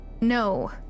No